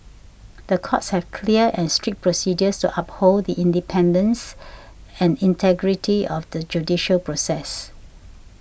the courts have clear and strict procedures to uphold the independence and integrity of the judicial process